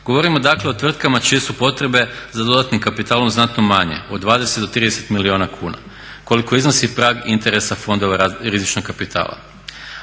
Govorimo dakle o tvrtkama čije su potrebe za dodatnim kapitalom znatno manje od 20 do 30 milijuna kuna koliko iznosi prag interesa fondova rizičnog kapitala.